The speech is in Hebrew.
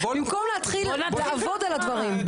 במקום להתחיל לעבוד על הדברים.